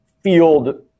field